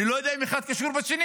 אני לא יודע אם אחד קשור בשני,